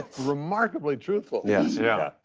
remarkably truthful. yes. yeah.